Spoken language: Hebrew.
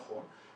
נכון.